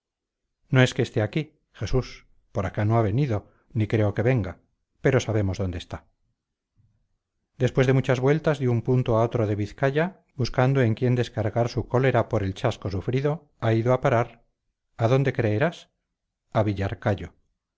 no es que esté aquí jesús por acá no ha venido ni creo que venga pero sabemos dónde está después de muchas vueltas de un punto a otro de vizcaya buscando en quién descargar su cólera por el chasco sufrido ha ido a parar a dónde creerás a